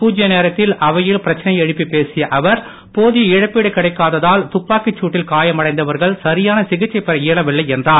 பூஜ்ய நேரத்தில் அவையில் பிரச்சனையை எழுப்பி பேசிய அவர் போதிய இழப்பீடு கிடைக்காத்தால் துப்பாக்கிச் சூட்டிடல் காயமடைந்தவர்கள் சரியான சிகிச்சை பெற இயலவில்லை என்றார்